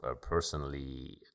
personally